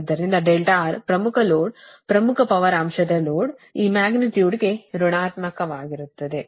ಆದ್ದರಿಂದ R ಪ್ರಮುಖ load ಪ್ರಮುಖ ಪವರ್ ಅಂಶದ ಲೋಡ್ ಈ ಮ್ಯಾಗ್ನಿಟ್ಯೂಡ್ವು ಋಣಾತ್ಮಕವಾಗಿದೆ